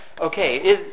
Okay